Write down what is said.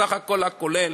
בסך הכול הכולל,